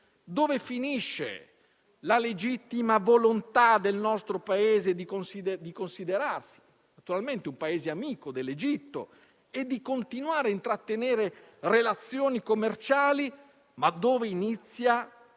dove finisce la legittima volontà del nostro Paese di considerarsi amico dell'Egitto e di continuare a intrattenere relazioni commerciali e dove inizia,